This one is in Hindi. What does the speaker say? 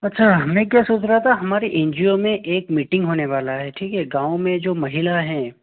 अच्छा मैं क्या सोच रहा था हमारी एन जी ओ में एक मीटिंग होने वाला है ठीक है गाँव में जो महिला हैं